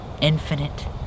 infinite